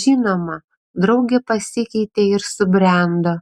žinoma draugė pasikeitė ir subrendo